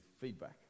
feedback